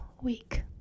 week